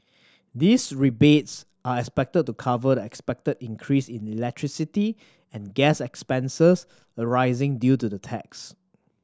these rebates are expected to cover the expected increase in electricity and gas expenses arising due to the tax